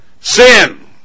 sin